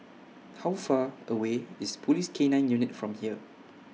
How Far away IS Police K nine Unit from here